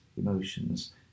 emotions